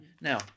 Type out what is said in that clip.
Now